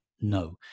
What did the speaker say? No